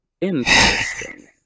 Interesting